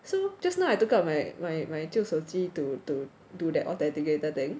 so just now I took out my my my 旧手机 to to do the authenticator thing